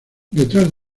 detrás